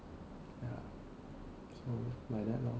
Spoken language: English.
ya so like that lor